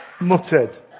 muttered